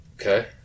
Okay